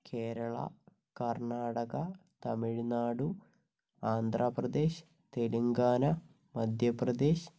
Kerala Karnataka Tamil Nadu Andhra Pradesh Telangana Madhya Pradesh